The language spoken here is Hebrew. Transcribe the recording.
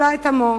זמן,